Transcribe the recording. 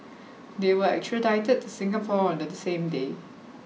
they were extradited to Singapore on the same day